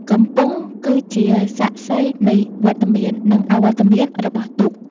កំពង់គឺជាសាក្សីនៃវត្តមាន និងអវត្តមានរបស់ទូក។